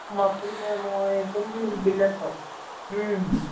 మొత్తం మేము వేసుకుని మీకు బిల్లు ఇస్తాం